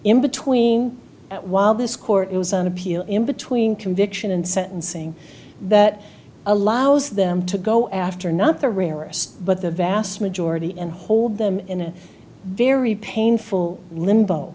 in between while this court is on appeal in between conviction and sentencing that allows them to go after not the rarest but the vast majority and hold them in a very painful limbo